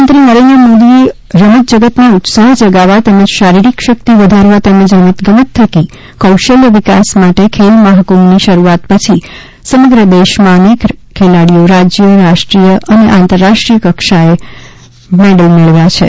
પ્રધાનમંત્રી નરેન્દ્ર મોદીએ રમત જગતમાં ઉત્સાહ જગાવવા તેમજ શારીરિક શકિત વધારવા તેમજ રમત ગમત થકી કૌશલ્ય વિકાસ માટે ખેલ મહાકુંભની શરૂઆત પછી સમગ્ર દેશમાં અનેક ખેલાડીઓ રાજ્ય રાષ્ટ્રીય અને આંતરરાષ્ટ્રીય કક્ષાએ મેડલ મેળવ્યા છે